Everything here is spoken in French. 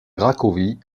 cracovie